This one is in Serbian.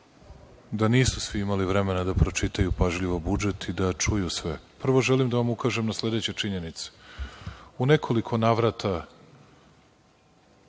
da nisu svi imali vremena da pročitaju pažljivo budžet i da čuju sve. Prvo želim da vam ukažem na sledeće činjenice. U nekoliko navrata,